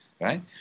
right